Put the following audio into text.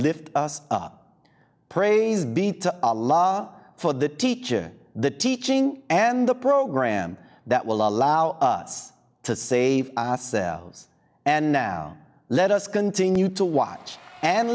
up praise be to a law for the teaching the teaching and the program that will allow us to save ourselves and now let us continue to watch and